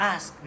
Ask